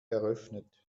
eröffnet